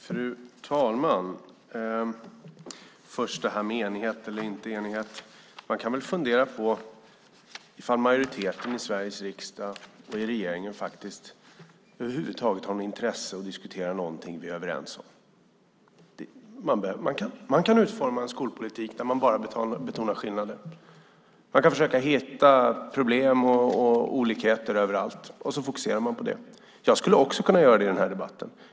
Fru talman! Först det här med enighet eller inte enighet. Man kan väl fundera på ifall majoriteten i Sveriges riksdag och regeringen över huvud taget har något intresse att diskutera någonting som vi är överens om. Man kan utforma en skolpolitik där man bara betonar skillnader. Man kan försöka hitta problem och olikheter överallt, och så fokuserar man på det. Jag skulle också kunna göra det i den här debatten.